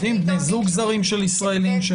בני זוג זרים של ישראלים.